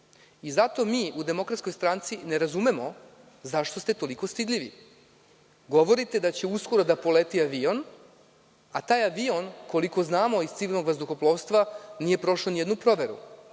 i zato mi u DS ne razumemo zašto ste toliko stidljivi. Govorite da će uskoro da poleti avion, a taj avion, koliko znamo iz civilnog vazduhoplovstva, nije prošao nijednu proveru.